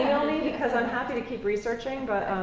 me, because i'm happy to keep researching. but